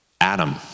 Adam